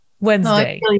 wednesday